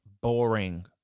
boring